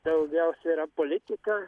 daugiausia yra politika